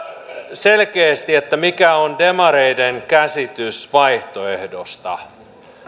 selkeästi mikä on demareiden käsitys vaihtoehdosta